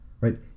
right